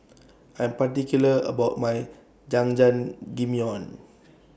I Am particular about My Jajangmyeon